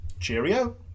cheerio